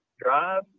drive